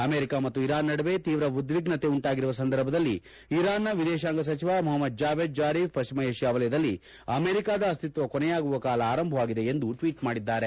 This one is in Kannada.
ಅಮೆರಿಕ ಮತ್ತು ಇರಾನ್ ನಡುವೆ ತೀವ್ರ ಉದ್ವಿಗ್ನತೆ ಉಂಟಾಗಿರುವ ಸಂದರ್ಭದಲ್ಲಿ ಇರಾನ್ನ ವಿದೇಶಾಂಗ ಸಚಿವ ಮೊಹಮದ್ ಜಾವೆದ್ ಝಾರಿಫ್ ಪಶ್ಚಿಮ ಏಷ್ತಾ ವಲಯದಲ್ಲಿ ಅಮೆರಿಕದ ಅಸ್ತಿಕ್ಷ ಕೊನೆಯಾಗುವ ಕಾಲ ಆರಂಭವಾಗಿದೆ ಎಂದು ಟ್ನೀಟ್ ಮಾಡಿದ್ದಾರೆ